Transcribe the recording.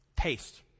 taste